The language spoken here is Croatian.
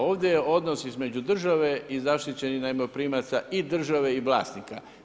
Ovdje je odnos između države i zaštićenih najmoprimaca i države i vlasnika.